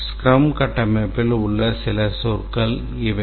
scrum கட்டமைப்பில் உள்ள சில சொற்கள் இவை